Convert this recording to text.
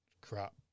crap